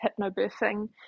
hypnobirthing